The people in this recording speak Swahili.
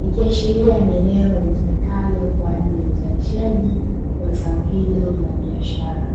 ikiashiria ni eneo litumikalo kwa ajili ya uzalishaji wa zao hilo la biashara.